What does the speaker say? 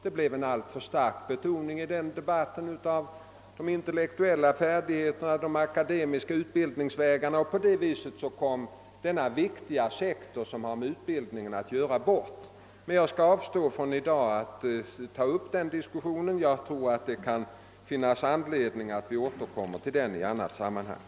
Det blev en alltför stark betoning av de intellektuella färdigheterna och de akademiska utbildningsvägarna. På så sätt kom denna viktiga sektor bort. Jag skall i dag avstå från att ta upp en diskussion i denna fråga; det kan finnas anledning att återkomma till den i annat sammanhang.